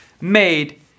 Made